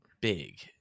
big